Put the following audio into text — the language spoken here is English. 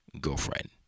girlfriend